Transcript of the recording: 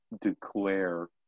declare